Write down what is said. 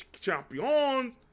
champions